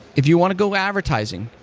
if you want to go advertising,